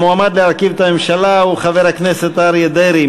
המועמד להרכיב את הממשלה הוא חבר הכנסת אריה דרעי.